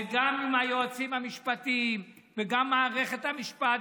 זה גם עם היועצים המשפטיים וגם עם מערכת המשפט,